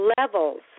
levels